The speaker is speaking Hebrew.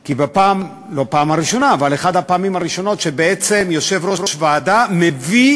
כי זאת אחת הפעמים הראשונות שבעצם יושב-ראש ועדה מביא